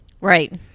Right